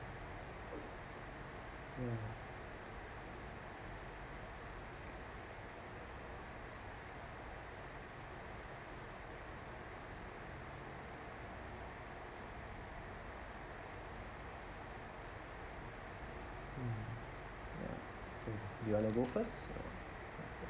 mm mm ya so you want to go first or